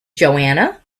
joanna